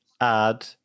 add